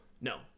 No